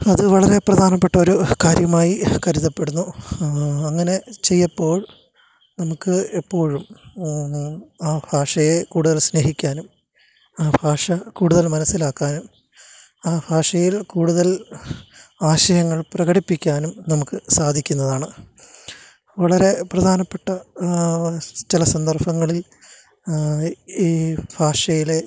അത് വളരെ പ്രധാനപ്പെട്ട ഒരു കാര്യമായി കരുതപ്പെടുന്നു അങ്ങനെ ചെയ്യുമ്പോൾ നമ്മൾക്ക് എപ്പോഴും ആ ഭാഷയെ കൂടുതല് സ്നേഹിക്കാനും ആ ഭാഷ കൂടുതല് മനസ്സിലാക്കാനും ആ ഭാഷയില് കൂടുതല് ആശയങ്ങള് പ്രകടിപ്പിക്കാനും നമ്മൾക്ക് സാധിക്കുന്നതാണ് വളരെ പ്രധാനപ്പെട്ട ചില സന്ദര്ഭങ്ങളില് ഈ ഭാഷയിലെ